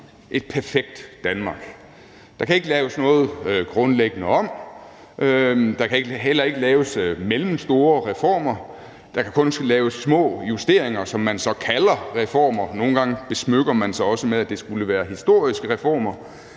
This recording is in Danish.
et perfekt Danmark. Der kan ikke laves noget grundlæggende om, der kan heller ikke laves mellemstore reformer, der kan kun laves små justeringer, som man så kalder reformer, og nogle gange besmykker man sig også med, at det skulle være historiske reformer,